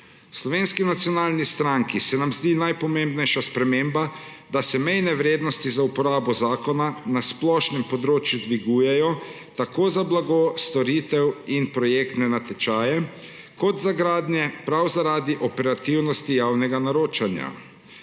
Slovenski nacionalni stranki se nam zdi najpomembnejša sprememba, da se mejne vrednosti za uporabo zakona na splošnem področju dvigujejo tako za blago, storitve in projektne natečaje kot za gradnje, prav zaradi operativnosti javnega naročanja.